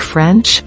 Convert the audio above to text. French